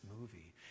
movie